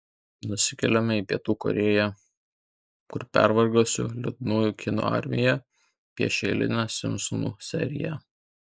nusikeliame į pietų korėją kur pervargusių liūdnų kinų armija piešia eilinę simpsonų seriją